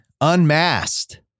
Unmasked